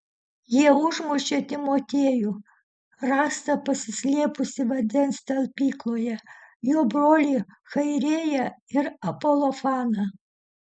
jie užmušė timotiejų rastą pasislėpusį vandens talpykloje jo brolį chairėją ir apolofaną